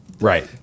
right